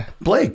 Blake